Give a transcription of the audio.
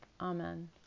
Amen